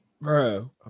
Bro